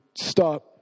Stop